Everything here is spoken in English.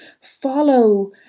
Follow